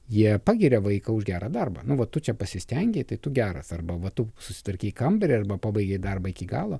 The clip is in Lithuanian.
jie pagiria vaiką už gerą darbą nu va tu čia pasistengei tai tu geras arba va tu susitvarkei kambarį arba pabaigei darbą iki galo